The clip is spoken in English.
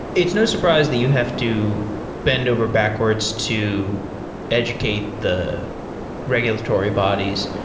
it's no surprise that you have to bend over backwards to educate the regulatory bodies.